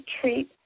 treat